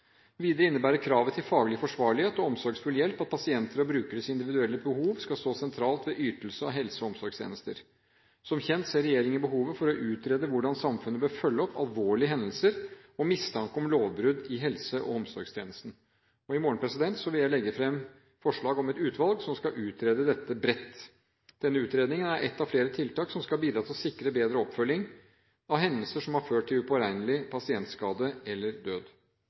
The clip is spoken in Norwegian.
Videre innebærer kravet til faglig forsvarlighet og omsorgsfull hjelp at pasienter og brukeres individuelle behov skal stå sentralt ved ytelse av helse- og omsorgstjenester. Som kjent ser regjeringen behovet for å utrede hvordan samfunnet bør følge opp alvorlige hendelser og mistanke om lovbrudd i helse- og omsorgstjenesten. I morgen vil jeg legge fram forslag om et utvalg som skal utrede dette bredt. Denne utredningen er ett av flere tiltak som skal bidra til å sikre bedre oppfølging av hendelser som har ført til upåregnelig pasientskade eller død.